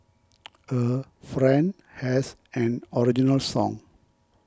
a friend has an original song